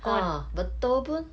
ha betul pun